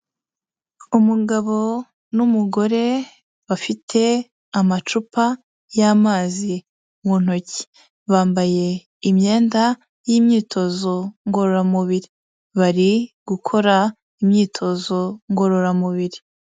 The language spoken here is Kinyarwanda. Umugabo n'umugore bafite amacupa y'amazi mu ntoki, bambaye imyenda y'imyitozo ngororamubiri, bari gukora imyitozo ngororamubiri.